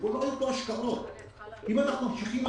אם אנחנו ממשיכים,